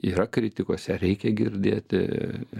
yra kritikos ją reikia girdėti